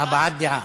הבעת דעה.